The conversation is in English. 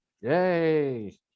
yay